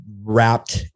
wrapped